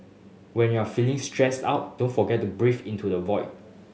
when you are feeling stressed out don't forget to breathe into the void